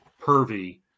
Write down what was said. pervy